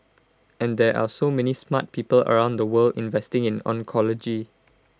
and there are so many smart people around the world investing in oncology